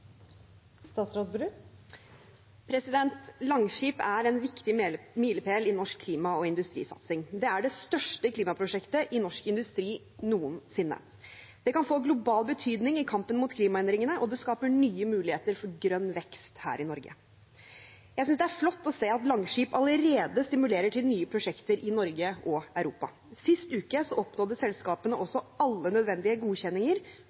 en viktig milepæl i norsk klima- og industrisatsing. Det er det største klimaprosjektet i norsk industri noensinne. Det kan få global betydning i kampen mot klimaendringene, og det skaper nye muligheter for grønn vekst her i Norge. Jeg synes det er flott å se at Langskip allerede stimulerer til nye prosjekter i Norge og Europa. Sist uke oppnådde selskapene også alle nødvendige godkjenninger